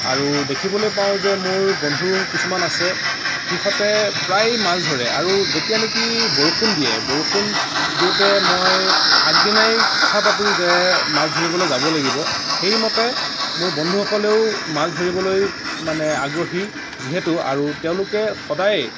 আৰু দেখিবলৈ পাওঁ যে মোৰ বন্ধু কিছুমান আছে সিহঁতে প্ৰায় মাছ ধৰে আৰু যেতিয়া নেকি বৰষুণ দিয়ে বৰষুণ দিওঁতে মই আগদিনাই কথা পাতোঁ যে মাছ ধৰিবলৈ যাব লাগিব সেই মতে মোৰ বন্ধুসকলেও মাছ ধৰিবলৈ মানে আগ্ৰহী যিহেতু আৰু তেওঁলোকে সদায়